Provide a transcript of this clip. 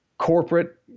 corporate